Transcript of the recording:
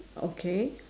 okay